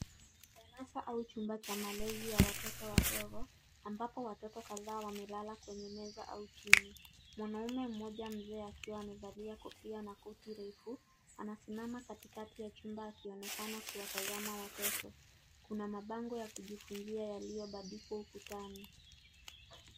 Darasa au chumba cha malezi ya watoto wadogo ambapo watoto kadhaa wamelala kwenye meza au chini. Mwanamume mmoja mzee akiwa amevalia kofia na kuti refu anasimama katikati ya chumba akionekana kuwatazama watoto. Kuna mabango ya kujifunzia yaliyobadikwa ukutani.